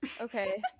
Okay